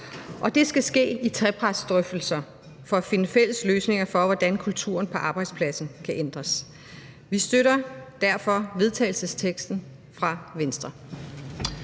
Og det skal ske i trepartsdrøftelser for at finde fælles løsninger på, hvordan kulturen på arbejdspladsen kan ændres. Vi støtter derfor forslaget til vedtagelse fra Venstre.